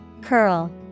Curl